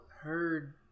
heard